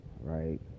right